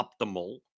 optimal